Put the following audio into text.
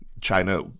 China